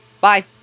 Bye